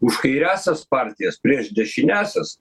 už kairiąsias partijas prieš dešiniąsias